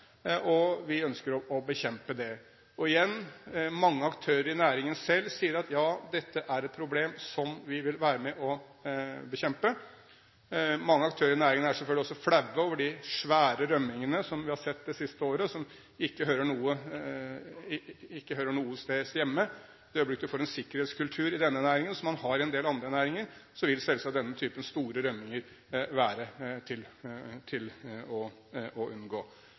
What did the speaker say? og vi ønsker å bekjempe det. Igjen: Mange aktører i næringen selv sier at ja, dette er et problem som vi vil være med på å bekjempe. Mange aktører i næringen er selvfølgelig også flaue over de svære rømningene som vi har sett det siste året, og som ikke hører noe sted hjemme. I det øyeblikk en får en sikkerhetskultur i denne næringen, som man har i en del andre næringer, så vil selvsagt denne typen store rømninger være til å unngå. Det er altså det å ta tak i problemene og løse dem som er veien å